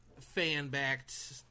fan-backed